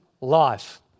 life